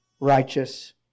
righteous